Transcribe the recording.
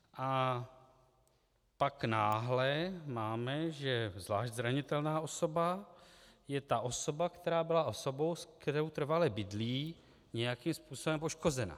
A pak náhle máme, že zvlášť zranitelná osoba je ta osoba, která byla osobou, se kterou trvale bydlí, nějakým způsobem poškozena.